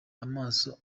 amaso